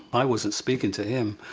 i wasn't speaking to him,